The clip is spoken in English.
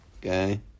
Okay